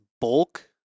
bulk